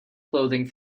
clothing